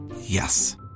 Yes